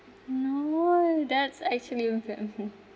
no oh that's actually with them